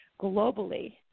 globally